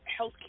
healthcare